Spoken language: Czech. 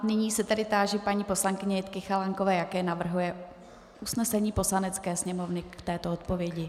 Nyní se tedy táži paní poslankyně Jitky Chalánkové, jaké navrhuje usnesení Poslanecké sněmovny k této odpovědi.